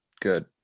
good